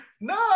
No